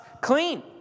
clean